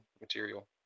material